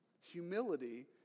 Humility